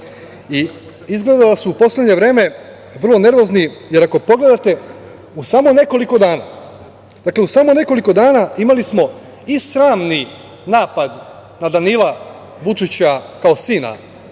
štete. Izgleda da su u poslednje vreme vrlo nervozni, jer ako pogledate u samo nekoliko dana, dakle, u samo nekoliko dana imali smo i sramni napad na Danila Vučića, kao sina